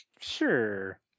sure